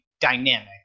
dynamic